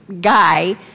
guy